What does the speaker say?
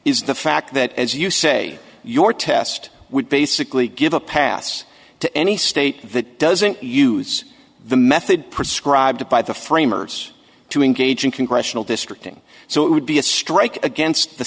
is the fact that as you say your test would basically give a pass to any state that doesn't use the method prescribed by the framers to engage in congressional district thing so it would be a strike against the